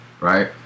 right